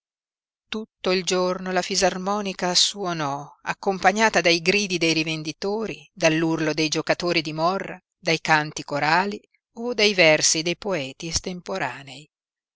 tutto il giorno la fisarmonica suonò accompagnata dai gridi dei rivenditori dall'urlo dei giocatori di morra dai canti corali o dai versi dei poeti estemporanei